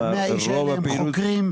100 איש האלה הם חוקרים.